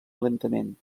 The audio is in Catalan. lentament